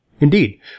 Indeed